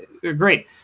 Great